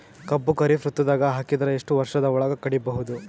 ಕಬ್ಬು ಖರೀಫ್ ಋತುದಾಗ ಹಾಕಿದರ ಎಷ್ಟ ವರ್ಷದ ಒಳಗ ಕಡಿಬಹುದು?